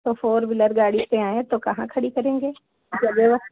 तो four wheeler गाड़ी से आएं हैं तो कहाँ खड़ी करेंगे जगह